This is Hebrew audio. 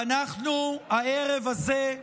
ואנחנו, הערב הזה,